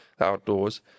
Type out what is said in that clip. outdoors